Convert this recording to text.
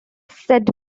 said